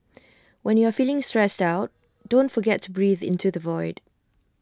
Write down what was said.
when you are feeling stressed out don't forget to breathe into the void